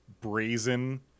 brazen